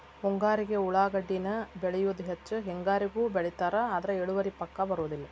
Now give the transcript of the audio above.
ಮುಂಗಾರಿಗೆ ಉಳಾಗಡ್ಡಿನ ಬೆಳಿಯುದ ಹೆಚ್ಚ ಹೆಂಗಾರಿಗೂ ಬೆಳಿತಾರ ಆದ್ರ ಇಳುವರಿ ಪಕ್ಕಾ ಬರುದಿಲ್ಲ